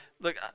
look